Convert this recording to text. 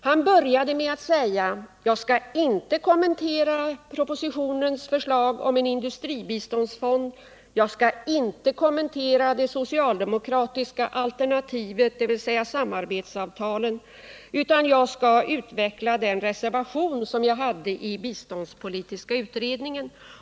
Han började med att säga: Jag skall inte kommentera propositionens förslag om en industribiståndsfond, jag skall inte kommentera det socialdemokratiska alternativet, dvs. samarbetsavtalen, utan jag skall ta upp den reservation som jag hade i den biståndspolitiska utredningen.